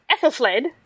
Ethelfled